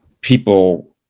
People